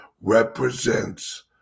represents